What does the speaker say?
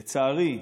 לצערי,